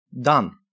Done